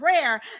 prayer